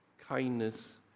kindness